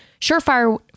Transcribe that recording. surefire